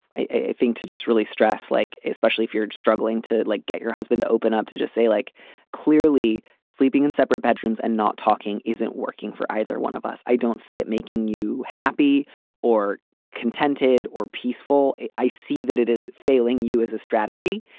i think to just really stress, like especially if you're struggling to like get your husband to open up to just say like clearly sleeping in separate bedrooms and not talking isn't working for either one of us. i don't see it making you happy or contented or peaceful. i see that it is failing you as a strategy.